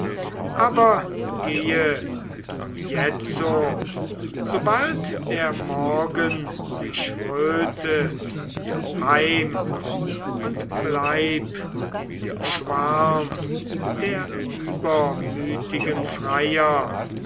aber gehe du jetzo sobald der morgen sich rötet heim und bleib in dem schwarm der übermütigen freier